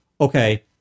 Okay